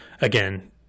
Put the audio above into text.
again